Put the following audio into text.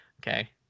Okay